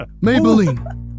Maybelline